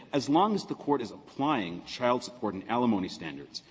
as long as the court is applying child support and alimony standards,